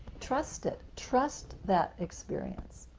trust it. trust that experience.